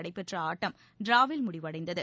நடைபெற்ற ஆட்டம் டிராவில் முடிவடைந்தது